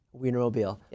wienermobile